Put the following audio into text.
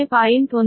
15 p